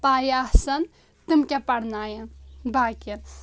پاے آسان تِم کیاہ پَرناون باقیَن